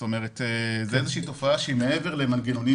זו איזושהי תופעה שהיא מעבר למנגנונים